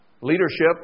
leadership